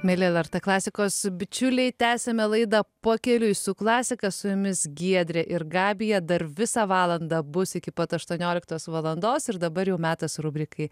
mieli lrt klasikos bičiuliai tęsiame laidą pakeliui su klasika su jumis giedrė ir gabija dar visą valandą bus iki pat aštuonioliktos valandos ir dabar jau metas rubrikai